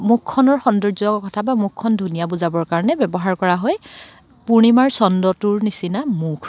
মুখখনৰ সৌন্দৰ্য্য কথা বা মুখখন ধুনীয়া বুজাবৰ কাৰণে ব্যৱহাৰ কৰা হয় পূৰ্ণিমাৰ চন্দ্ৰটোৰ নিচিনা মুখ